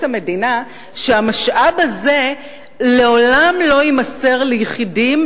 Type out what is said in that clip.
המדינה שהמשאב הזה לעולם לא יימסר ליחידים,